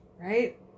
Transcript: right